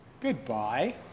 Goodbye